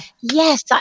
yes